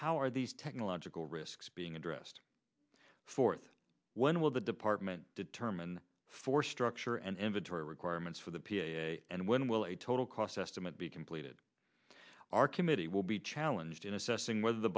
how are these technological risks being addressed forth when will the department determine force structure and inventory requirements for the piece and when will a total cost estimate be completed our committee will be challenged in assessing whether the